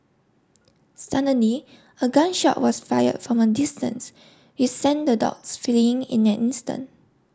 suddenly a gun shot was fired from a distance which sent the dogs fleeing in an instant